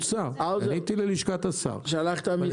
פניתי ללשכת השר --- שלחת מכתב?